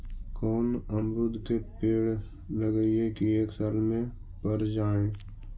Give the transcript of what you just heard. कोन अमरुद के पेड़ लगइयै कि एक साल में पर जाएं?